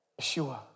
Yeshua